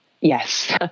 Yes